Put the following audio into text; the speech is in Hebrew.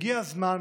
הגיע הזמן